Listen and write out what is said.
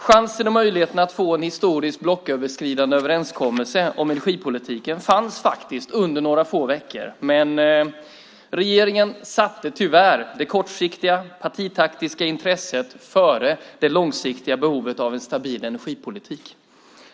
Chansen och möjligheterna att få en historisk blocköverskridande överenskommelse om energipolitiken fanns faktiskt under några få veckor, men regeringen satte tyvärr det kortsiktiga partitaktiska intresset framför det långsiktiga behovet av en stabil energipolitik.